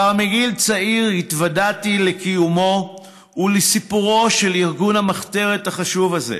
כבר מגיל צעיר התוודעתי לקיומו ולסיפורו של ארגון המחתרת החשוב הזה.